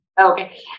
Okay